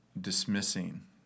dismissing